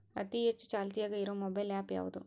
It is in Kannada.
ಅತಿ ಹೆಚ್ಚ ಚಾಲ್ತಿಯಾಗ ಇರು ಮೊಬೈಲ್ ಆ್ಯಪ್ ಯಾವುದು?